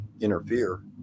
Interfere